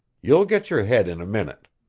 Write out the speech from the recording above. you'll get your head in a minute.